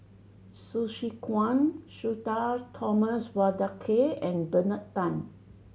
Hsu Tse Kwang Sudhir Thomas Vadaketh and Bernard Tan